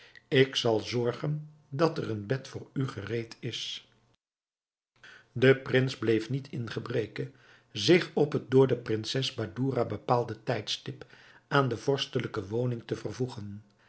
ik zal zorg dragen dat er een bed voor u gereed is de prins bleef niet in gebreke zich op het door de prinses badoura bepaalde tijdstip aan de vorstelijke woning te vervoegen